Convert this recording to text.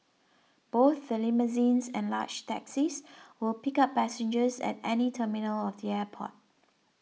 both the limousines and large taxis will pick up passengers at any terminal of the airport